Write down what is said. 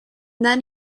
then